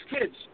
kids